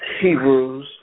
Hebrews